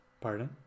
pardon